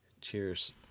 Cheers